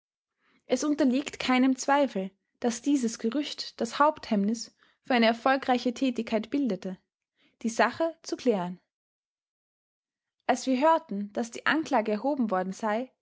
es unterliegt keinem zweifel daß dieses gerücht das haupthemmnis für eine erfolgreiche tätigkeit bildete die sache zu klären als wir hörten daß die anklage erhoben worden sei